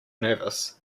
nervous